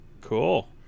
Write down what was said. Cool